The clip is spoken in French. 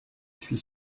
suis